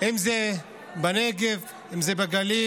אם זה בנגב, אם זה בגליל